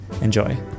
Enjoy